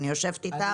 אני נפגשת איתם.